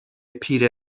پیره